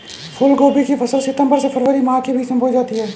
फूलगोभी की फसल सितंबर से फरवरी माह के बीच में बोई जाती है